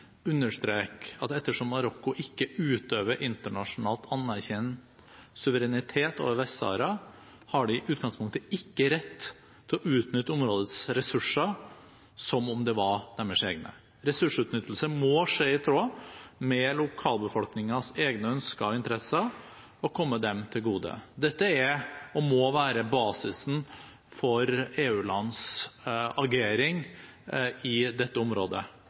understreke at ettersom Marokko ikke utøver internasjonal anerkjent suverenitet over Vest-Sahara, har de i utgangspunktet ikke rett til å utnytte områdets ressurser som om det var deres egne. Ressursutnyttelse må skje i tråd med lokalbefolkningens egne ønsker og interesser og komme dem til gode. Dette er og må være basisen for EU-lands agering i dette området.